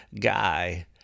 guy